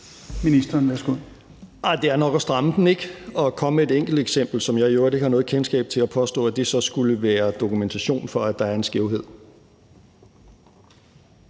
Det er nok at stramme den at komme med et enkelt eksempel, som jeg i øvrigt ikke har noget kendskab til, og påstå, at det så skulle være dokumentation for, at der er en skævhed.